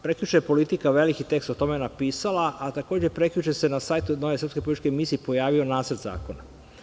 Prekjuče je „Politika“ veliki tekst o tome napisala, a takođe, prekjuče se na sajtu od one srpske političke misije pojavio nacrt zakona.